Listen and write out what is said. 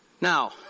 Now